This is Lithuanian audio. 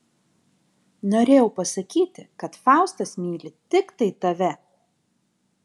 norėjau pasakyti kad faustas myli tiktai tave